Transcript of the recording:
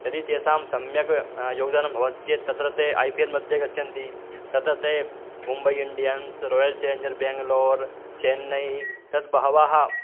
यदि तेषां सम्यक् योगदानं भवति चेत् तत्र ते ऐ पि एल्मध्ये गच्छन्ति तत्र ते Mumbai Indians Royal Challengers Bangalore Chennai तत् बहवः